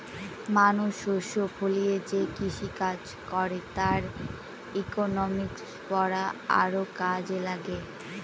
মানুষ শস্য ফলিয়ে যে কৃষিকাজ করে তার ইকনমিক্স পড়া আরও কাজে লাগে